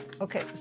okay